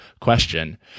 question